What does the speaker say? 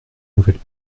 nouvelle